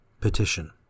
Petition